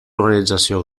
organització